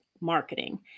marketing